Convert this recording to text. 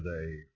today